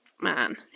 man